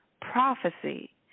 prophecy